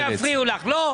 לא.